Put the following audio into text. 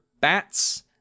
bats